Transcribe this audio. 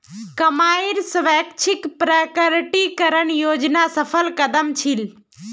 कमाईर स्वैच्छिक प्रकटीकरण योजना सफल कदम छील